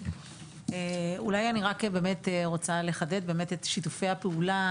אני רוצה לחדד את שיתופי הפעולה.